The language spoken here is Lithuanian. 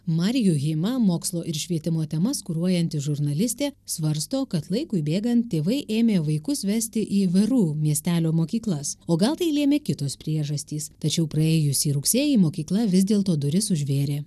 marju hima mokslo ir švietimo temas kuruojanti žurnalistė svarsto kad laikui bėgant tėvai ėmė vaikus vesti į veru miestelio mokyklas o gal tai lėmė kitos priežastys tačiau praėjusį rugsėjį mokykla vis dėlto duris užvėrė